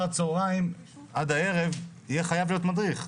הצוהריים עד הערב יהיה חייב להיות מדריך.